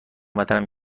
بدنم